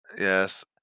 Yes